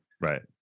Right